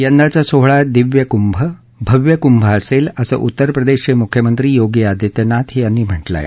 यंदाचा सोहळा दिव्य कुंभ भव्य कुंभ असेल असं उत्तर प्रदेशचे मुख्यमंत्री योगी आदित्यनाथ यांनी म्हटलं आहे